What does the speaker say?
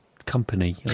company